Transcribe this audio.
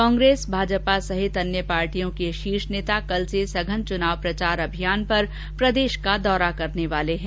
कांग्रेस भाजपा सहित अन्य पार्टियों के शीर्ष नेता कल से सघन चुनाव प्रचार अभियान पर प्रदेश का दौरा करने वाले हैं